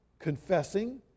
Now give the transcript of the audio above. confessing